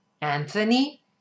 Anthony